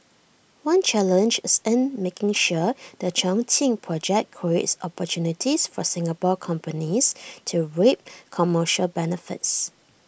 one challenge is in making sure the Chongqing project creates opportunities for Singapore companies to reap commercial benefits